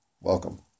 welcome